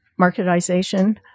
marketization